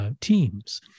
teams